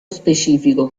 specifico